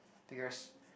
figures